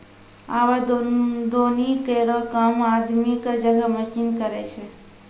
आबे दौनी केरो काम आदमी क जगह मसीन करै छै